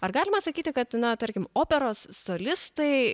ar galima sakyti kad na tarkim operos solistai